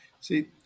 See